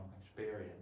experience